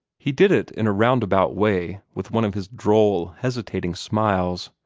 he did it in a roundabout way, with one of his droll, hesitating smiles.